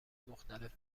مختلف